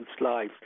life